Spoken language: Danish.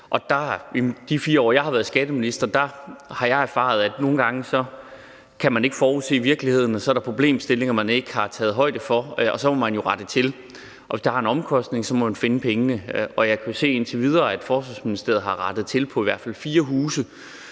Og i de 4 år, hvor jeg har været skatteminister, har jeg erfaret, at nogle gange kan man ikke forudse virkeligheden, og der er problemstillinger, som man ikke har taget højde for, og så må man jo rette til, og hvis der er en omkostning, må man finde pengene. Og jeg kan se, at Forsvarsministeriet indtil videre har rettet